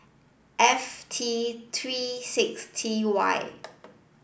F T three six T Y